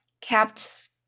kept